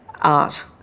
art